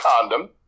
condom